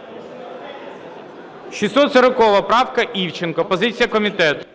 ГОЛОВУЮЧИЙ. 640 правка, Івченко. Позиція комітету.